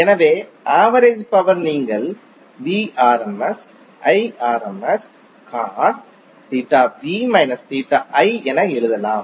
எனவே average power நீங்கள் என எழுதலாம்